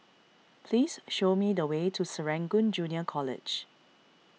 please show me the way to Serangoon Junior College